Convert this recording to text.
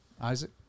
Isaac